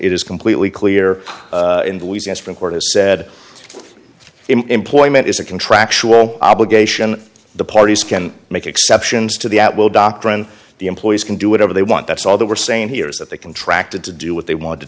is completely clear in the easiest from court has said employment is a contractual obligation the parties can make exceptions to the at will doctrine the employees can do whatever they want that's all that we're saying here is that they contract it to do what they want to